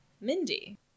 Mindy